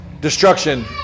Destruction